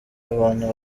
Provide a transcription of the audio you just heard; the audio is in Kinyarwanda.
abantu